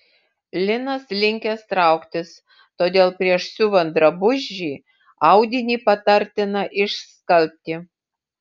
linas linkęs trauktis todėl prieš siuvant drabužį audinį patartina išskalbti